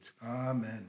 Amen